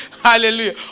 Hallelujah